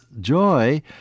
joy